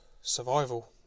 survival